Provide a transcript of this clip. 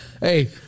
Hey